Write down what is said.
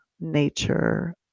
nature